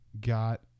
got